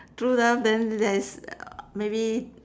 true love then there is maybe